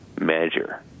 Measure